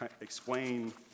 explain